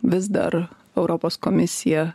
vis dar europos komisija